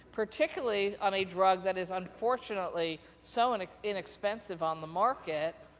particularly, on a drug that is unfortunately so and ah inexpensive on the market,